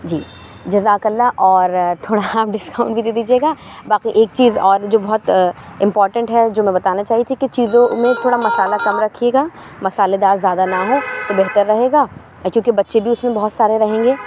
جی جزاک اللہ اور تھوڑا آپ ڈسکاؤنٹ بھی دے دیجیے گا باقی ایک چیز اور جو بہت امپارٹنٹ ہے جو میں بتانا چاہ رہی تھی کہ چیزوں میں تھوڑا مسالہ کم رکھیے گا مسالے دار زیادہ نہ ہوں تو بہتر رہے گا کیونکہ بچے بھی اس میں بہت سارے رہیں گے